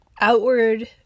outward